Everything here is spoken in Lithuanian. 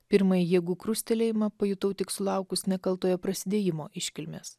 pirmąjį jėgų krustelėjimą pajutau tik sulaukus nekaltojo prasidėjimo iškilmės